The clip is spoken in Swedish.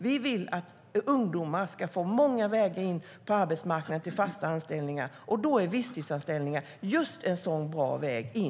Vi vill att ungdomar ska få många vägar in på arbetsmarknaden till fasta anställningar, och då är visstidsanställningar just en sådan bra väg in.